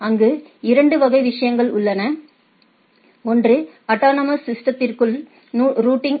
அங்கு 2 வகை விஷயங்கள் உள்ளன ஒன்று அட்டானமஸ் சிஸ்டதிற்குள் ரூட்டிங்